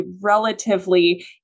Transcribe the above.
relatively